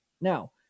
Now